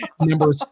number